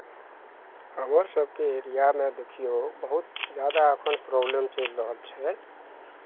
हमर सभके एरियामे देखियौ बहुत जादा एखन प्रोबलम चलि रहल छै